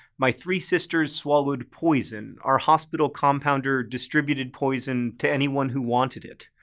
my three sisters swallowed poison our hospital compounder distributed poison to anyone who wanted it.